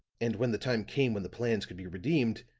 and when the time came when the plans could be redeemed,